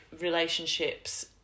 relationships